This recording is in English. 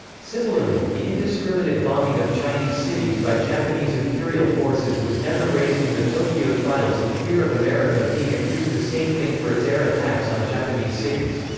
similarly, the indiscriminate bombing of chinese cities by japanese imperial forces was never raised in the tokyo trials in fear of america being accused the same thing for its air attacks on japanese cities.